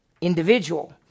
individual